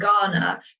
ghana